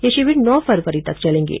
ये शिविर नौ फरवरी तक चलेंगे